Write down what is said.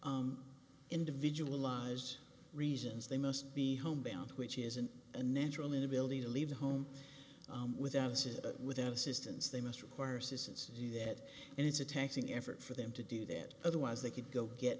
o individual lives reasons they must be homebound which isn't a natural inability to leave the home without incident without assistance they must require assistance to do that and it's a taxing effort for them to do that otherwise they could go get